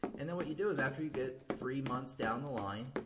and then what you do is after you get three months down the line,